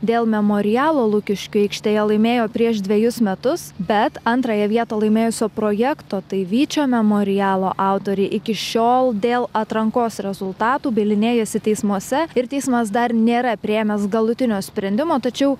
dėl memorialo lukiškių aikštėje laimėjo prieš dvejus metus bet antrąją vietą laimėjusio projekto tai vyčio memorialo autoriai iki šiol dėl atrankos rezultatų bylinėjasi teismuose ir teismas dar nėra priėmęs galutinio sprendimo tačiau